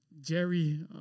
Jerry